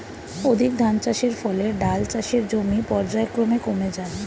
অধিক ধানচাষের ফলে ডাল চাষের জমি পর্যায়ক্রমে কমে যাচ্ছে